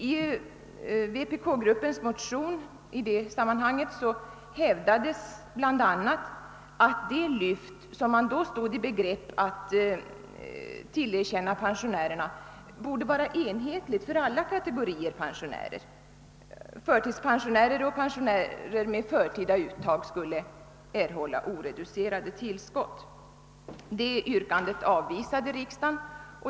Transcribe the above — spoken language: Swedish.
I vänsterpartiet kommunisternas motion i detta sammanhang hävdades bl a. att det lyft, som man då stod i begrepp att tillerkänna pensionärerna, borde vara enhetligt för alla kategorier pensionärer. Förtidspensionärer och pensionärer med förtida uttag skulle erhålla oreducerat tillskott. Detta yrkande avvisade riksdagen.